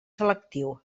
selectiu